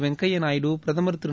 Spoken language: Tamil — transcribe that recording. வெங்கையா நாயுடு பிரதமர் திரு